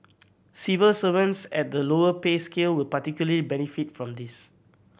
civil servants at the lower pay scale will particularly benefit from this